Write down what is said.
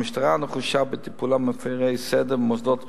המשטרה נחושה בטיפולה במפירי סדר במוסדות רפואה,